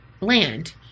land